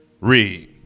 Read